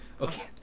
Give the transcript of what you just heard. Okay